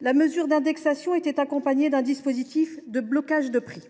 La mesure d’indexation était accompagnée d’un dispositif de blocage des prix.